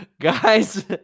Guys